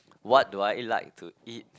what do I like to eat